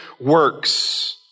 works